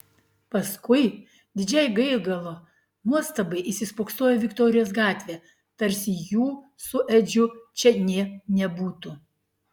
paskui didžiai gaigalo nuostabai įsispoksojo į viktorijos gatvę tarsi jų su edžiu čia nė nebūtų